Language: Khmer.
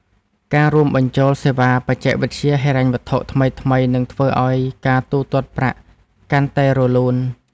ការរួមបញ្ចូលសេវាបច្ចេកវិទ្យាហិរញ្ញវត្ថុថ្មីៗ នឹងធ្វើឱ្យការទូទាត់ប្រាក់កាន់តែរលូន។